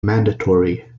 mandatory